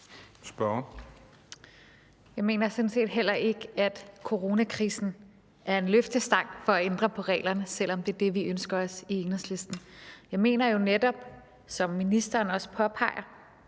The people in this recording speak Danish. sådan set heller ikke, at coronakrisen er en løftestang for at ændre på reglerne, selv om det er det, vi ønsker os i Enhedslisten. Jeg mener jo netop, som ministeren også påpeger,